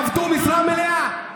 והם עבדו במשרה מלאה.